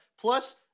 plus